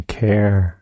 care